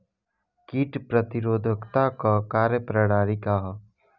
कीट प्रतिरोधकता क कार्य प्रणाली का ह?